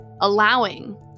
allowing